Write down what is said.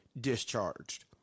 discharged